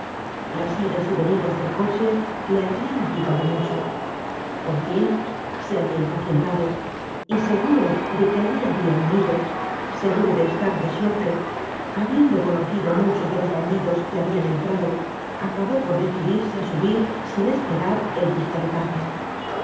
las idas y venidas del coche le habian agitado mucho por fin se habia impacientado y seguro deque allí habia un nido seguro de estar de suerte habiendo conocido á muchos de los bandidos que habian entrado acabó por decidirse á subir sin esperar el pistoletazo